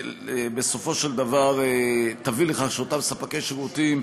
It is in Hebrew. בסופו של דבר תביא לכך שאותם ספקי שירותים